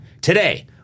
today